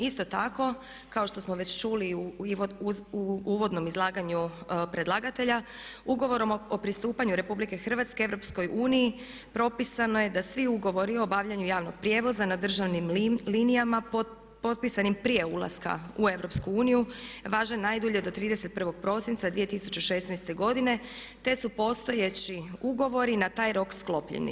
Isto tako kao što smo već čuli i u uvodnom izlaganju predlagatelja, ugovorom o pristupanju RH EU propisano je da svi ugovori o obavljanju javnog prijevoza na državnim linijama potpisanim prije ulaska u EU važe najdulje do 31.prosinca 2016.godine te su postojeći ugovori na taj rok sklopljeni.